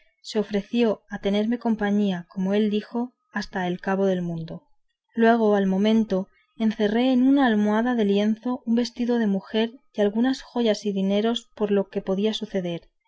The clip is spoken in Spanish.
se ofreció a tenerme compañía como él dijo hasta el cabo del mundo luego al momento encerré en una almohada de lienzo un vestido de mujer y algunas joyas y dineros por lo que podía suceder